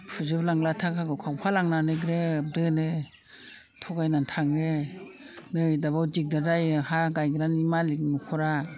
फुजोबलांला थाखाखौ खावफा लांनानै ग्रोब दोनो थगायना थाङो नै दाबो दिगदार जायो हा गायग्रानि मालिख न'खरा